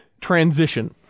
transition